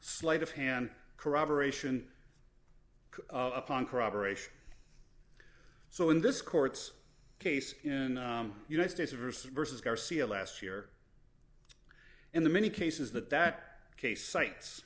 sleight of hand corroboration upon corroboration so in this court's case in united states versus versus garcia last year and the many cases that that case cites